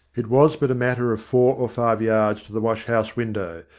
it was but a matter of four or five yards to the wash-house window,